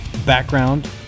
background